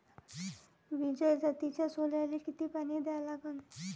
विजय जातीच्या सोल्याले किती पानी द्या लागन?